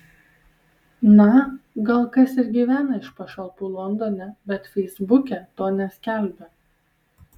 na gal kas ir gyvena iš pašalpų londone bet feisbuke to neskelbia